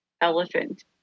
elephant